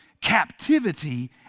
captivity